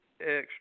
extra